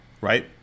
Right